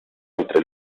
entre